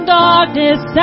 darkness